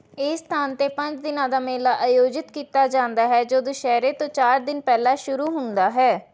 ਇਹ ਸਥਾਨ 'ਤੇ ਪੰਜ ਦਿਨਾਂ ਦਾ ਮੇਲਾ ਆਯੋਜਿਤ ਕੀਤਾ ਜਾਂਦਾ ਹੈ ਜੋ ਦੁਸਹਿਰੇ ਤੋਂ ਚਾਰ ਦਿਨ ਪਹਿਲਾਂ ਸ਼ੁਰੂ ਹੁੰਦਾ ਹੈ